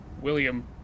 william